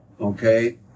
Okay